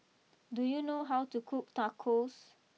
do you know how to cook Tacos